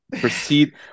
proceed